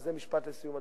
וזה משפט לסיום,